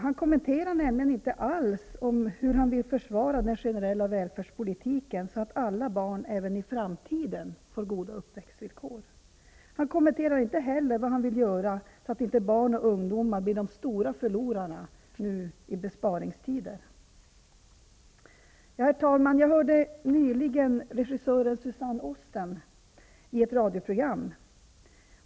Han kommenterar nämligen inte alls hur han vill försvara den generella välfärdspolitiken, så att alla barn även i framtiden får goda uppväxtvillkor och säger inte heller vad han vill göra för att inte barn och ungdomar skall bli de stora förlorarna nu i besparingstider. Herr talman! Jag hörde nyligen regissören Suzanne Osten i ett radioprogram.